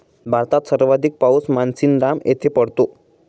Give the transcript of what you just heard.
भारतात सर्वाधिक पाऊस मानसीनराम येथे पडतो